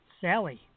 Sally